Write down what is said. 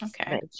okay